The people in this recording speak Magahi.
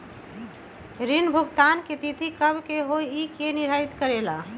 ऋण भुगतान की तिथि कव के होई इ के निर्धारित करेला?